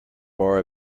bar